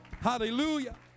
Hallelujah